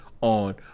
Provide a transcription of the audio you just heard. on